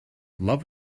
love